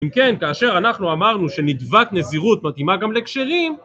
אם כן, כאשר אנחנו אמרנו שנדבת נזירות מתאימה גם לכשרים